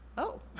oh,